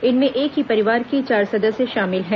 इनमें एक ही परिवार के चार सदस्य शामिल हैं